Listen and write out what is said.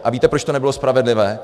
A víte, proč to nebylo spravedlivé?